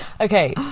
Okay